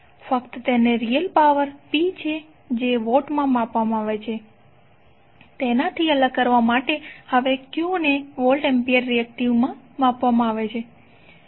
ફક્ત તેને real power P જે વોટમાં માપવામાં આવે છે તેનાથી અલગ કરવા માટે હવે Q ને વોલ્ટ એમ્પિયર રિએક્ટિવમાં માપવામાં આવે છે